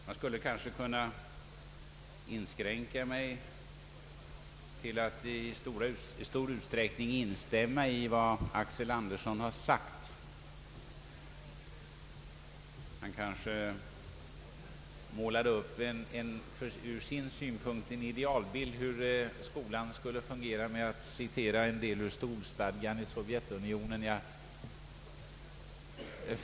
Jag skulle kanske kunna inskränka mig till att i huvudsak instämma i vad herr Axel Andersson sagt. Han målade upp en idealbild ur sin synpunkt av hur skolan skulle fungera genom att citera en del av skolstadgan i Sovjetunionen.